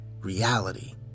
reality